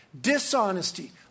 dishonesty